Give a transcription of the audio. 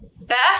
Best